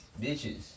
Bitches